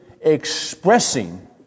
expressing